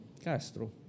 Castro